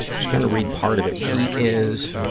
just going to read part of it. he is,